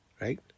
right